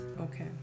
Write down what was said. Okay